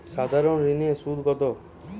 সাধারণ ঋণের সুদ কত?